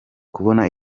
kubona